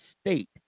state